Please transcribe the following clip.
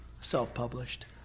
self-published